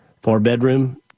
four-bedroom